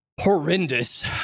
Horrendous